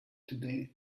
today